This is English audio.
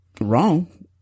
wrong